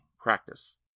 practice